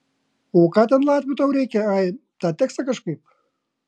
o ką ten latvių tau reikia ai tą tekstą kažkaip